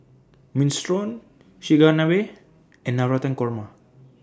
Minestrone Chigenabe and Navratan Korma